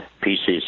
pieces